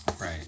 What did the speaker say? Right